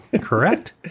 Correct